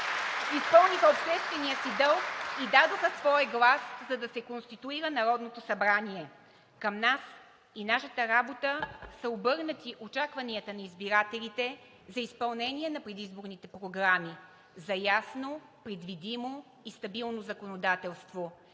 (ръкопляскания) и дадоха своя глас, за да се конституира Народното събрание. Към нас и нашата работа са обърнати очакванията на избирателите за изпълнение на предизборните програми за ясно, предвидимо и стабилно законодателство,